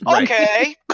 Okay